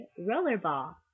rollerball